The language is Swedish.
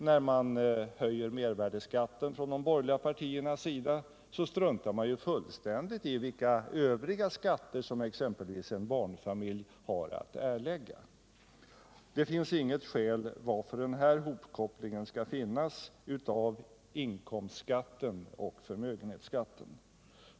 När man höjer mervärdeskatten från de borgerliga partiernas sida, så struntar man ju fullständigt i vilka övriga skatter som exempelvis en barnfamilj har att erlägga. Det finns alltså inget skäl till att den här hopkopplingen skall finnas av inkomstskatten och förmögenhetsskatten.